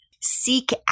seek